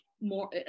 more